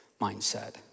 mindset